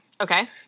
okay